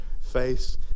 face